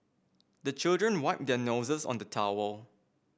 the children wipe their noses on the towel